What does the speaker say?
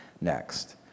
next